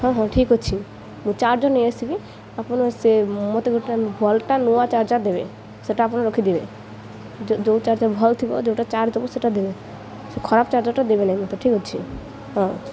ହଁ ହଁ ଠିକ୍ ଅଛି ମୁଁ ଚାର୍ଜର୍ ନେଇ ଆସିବି ଆପଣ ସେ ମୋତେ ଗୋଟେ ଭଲଟା ନୂଆ ଚାର୍ଜର୍ ଦେବେ ସେଟା ଆପଣ ରଖିଦେବେ ଯେଉଁ ଚାର୍ଜର୍ ଭଲ ଥିବ ଯେଉଁଟା ଚାର୍ଜ ହବ ସେଇଟା ଦେବେ ସେ ଖରାପ ଚାର୍ଜର୍ଟା ଦେବେ ନାହିଁ ମୋତେ ଠିକ୍ ଅଛି ହଁ